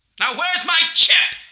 now where's my chip!